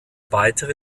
weitere